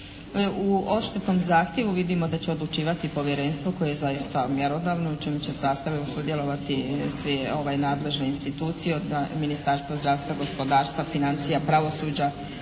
u odštetnom zahtjevu. Vidimo da će odlučivati povjerenstvo koje je zaista mjerodavno u čijem će sastavu sudjelovati svi, nadležne institucije od Ministarstva zdravstva, gospodarstva, financija, pravosuđa,